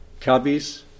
Cubbies